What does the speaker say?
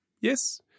Yes